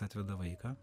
atveda vaiką